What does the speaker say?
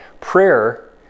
Prayer